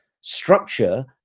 structure